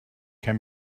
can